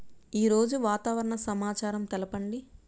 ఈరోజు వాతావరణ సమాచారం తెలుపండి